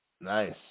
Nice